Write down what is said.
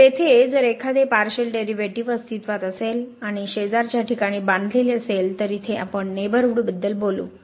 तर येथे जर एखादे पार्शिअल डेरिव्हेटिव्ह अस्तित्वात असेल आणि शेजारच्या ठिकाणी बांधलेले असेल तर इथे आपण नेबरहूड बद्दल बोलू